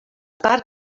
part